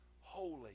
holy